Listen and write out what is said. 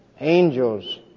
Angels